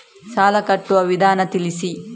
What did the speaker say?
ಸಾಲ ಕಟ್ಟುವ ವಿಧಾನ ತಿಳಿಸಿ?